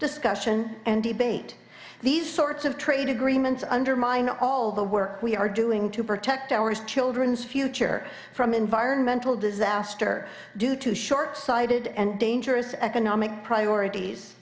discussion and debate these sorts of trade agreements undermine all the work we are doing to protect our children's future from environmental disaster due to shortsighted and dangerous economic priorities